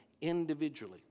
individually